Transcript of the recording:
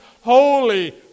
holy